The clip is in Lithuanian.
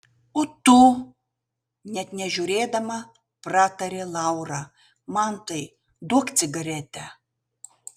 o tu net nežiūrėdama pratarė laura mantai duok cigaretę